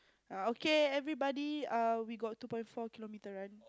err okay everybody err we got two point four kilometer run